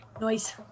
Nice